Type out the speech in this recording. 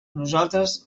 nosaltres